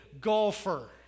golfer